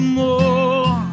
more